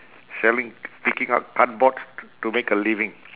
selling picking up cardboards to make a living